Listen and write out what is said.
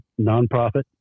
nonprofit